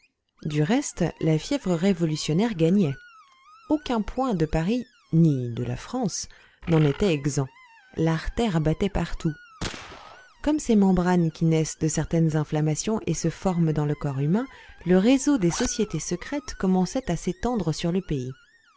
du reste la fièvre révolutionnaire gagnait aucun point de paris ni de la france n'en était exempt l'artère battait partout comme ces membranes qui naissent de certaines inflammations et se forment dans le corps humain le réseau des sociétés secrètes commençait à s'étendre sur le pays